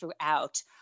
throughout